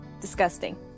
Disgusting